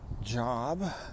job